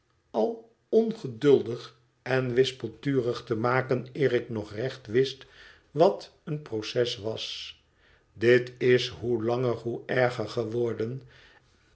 al ongeduldig en wispelturig te maken eer ik nog recht wist wat een proces was dit is hoe langer hoe erger geworden